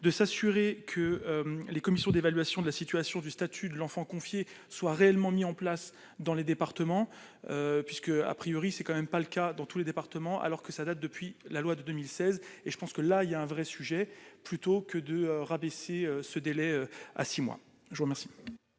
de s'assurer que les commissions d'évaluation de la situation du statut de l'enfant confié soient réellement mis en place dans les départements, puisque, a priori, c'est quand même pas le cas dans tous les départements, alors que ça date depuis la loi de 2016 et je pense que là il y a un vrai sujet, plutôt que de rabaisser ce délai à 6 mois, je vous remercie.